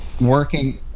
working